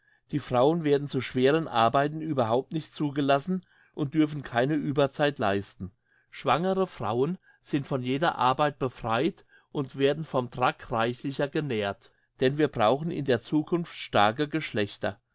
die frauen werden zu schweren arbeiten überhaupt nicht zugelassen und dürfen keine ueberzeit leisten schwangere frauen sind von jeder arbeit befreit und werden vom truck reichlicher genährt denn wir brauchen in der zukunft starke geschlechter